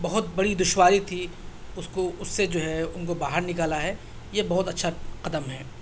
بہت بڑی دشواری تھی اس کو اس سے جو ہے ان کو باہر نکالا ہے یہ بہت اچھا قدم ہے